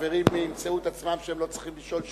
החברים ימצאו את עצמם שהם לא צריכים לשאול שאלה,